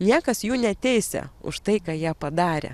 niekas jų neteisia už tai ką jie padarė